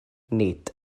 nid